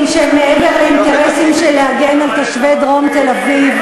שהם מעבר להגנה על תושבי דרום תל-אביב.